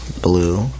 blue